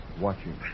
watching